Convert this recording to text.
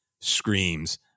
screams